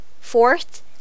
Fourth